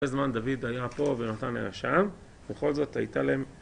כל הזמן דוד היה פה ונתן להם שעה וכל זאת הייתה להם...